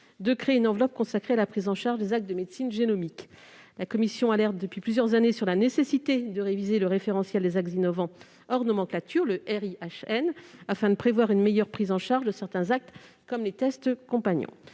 de créer une enveloppe consacrée à la prise en charge des actes de médecine génomique. La commission alerte depuis plusieurs années sur la nécessité de réviser le référentiel des actes innovants hors nomenclature (RIHN), afin de prévoir une meilleure prise en charge de certains actes comme les tests compagnons.